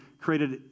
created